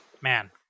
Man